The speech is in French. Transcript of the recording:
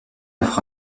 offre